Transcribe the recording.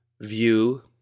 view